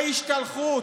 השתלחות.